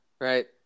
Right